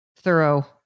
thorough